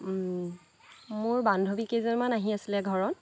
মোৰ বান্ধৱী কেইজনীমান আহি আছিলে ঘৰত